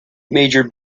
major